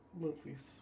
movies